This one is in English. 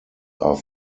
are